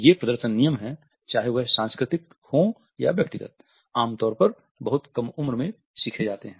ये प्रदर्शन नियम हैं चाहे वह सांस्कृतिक हों या व्यक्तिगत आमतौर पर बहुत कम उम्र में सीखे जाते हैं